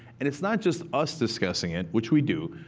and it's not just us discussing it, which we do,